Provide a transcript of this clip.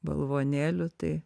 balvonėliu tai